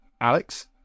Alex